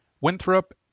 Winthrop